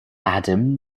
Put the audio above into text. adam